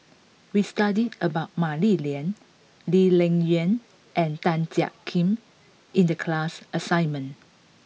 we studied about Mah Li Lian Lee Ling Yen and Tan Jiak Kim in the class assignment